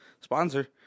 sponsor